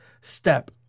step